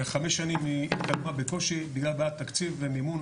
בחמש שנים היא התקדמה בקושי בגלל בעיית תקציב ומימון.